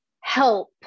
help